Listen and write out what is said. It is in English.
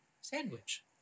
sandwich